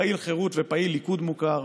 פעיל חירות ופעיל ליכוד מוכר.